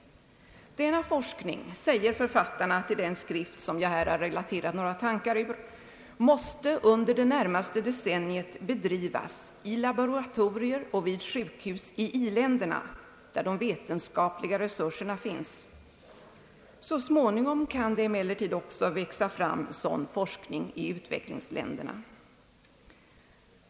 Denna forskning, säger författarna till den skrift jag här har relaterat några tankar ur, måste under det närmaste decenniet bedrivas i laboratorier och vid sjukhus i i-länderna, där de vetenskapliga resurserna finns. Så småningom kan det emellertid också växa fram sådan forskning i utvecklingsländerna.